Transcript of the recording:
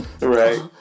Right